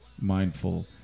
mindful